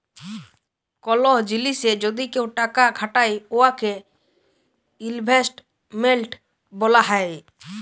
call জিলিসে যদি কেউ টাকা খাটায় উয়াকে ইলভেস্টমেল্ট ব্যলা হ্যয়